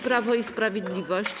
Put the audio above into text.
Prawo i Sprawiedliwość.